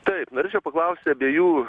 taip norėčiau paklausti abiejų